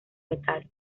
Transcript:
metal